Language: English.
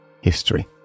history